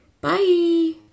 Bye